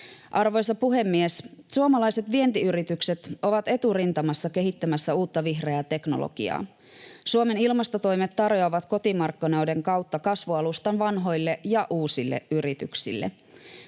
Arvoisa puhemies! Suomalaiset vientiyritykset ovat eturintamassa kehittämässä uutta vihreää teknologiaa. Suomen ilmastotoimet tarjoavat kotimarkkinoiden kautta kasvualustan vanhoille ja uusille yrityksille.